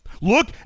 Look